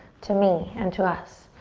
to me and to us.